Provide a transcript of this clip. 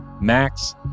max